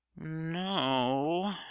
No